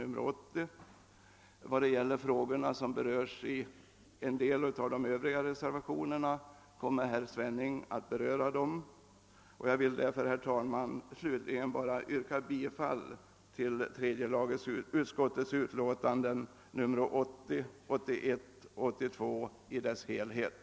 Vissa frågor som berörs i en del av de övriga reservationerna kommer herr Svenning senare att kommentera. Jag vill därför, herr talman, slutligen bara yrka bifall på alla punkter till vad tredje lagutskottet hemställt i sina utlåtanden nr 80, 81 och 82.